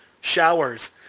showers